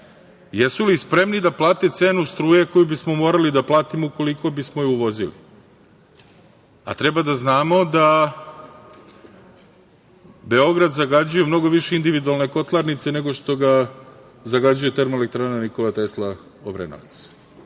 jesu li spremni da plate cenu struje koju bismo morali da platimo ukoliko bismo je uvozili? Treba da znamo da Beograd zagađuju mnogo više individualne kotlarnice nego što ga zagađuje termoelektrana „Nikola Tesla“ Obrenovac. Prema